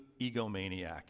egomaniac